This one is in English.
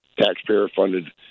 taxpayer-funded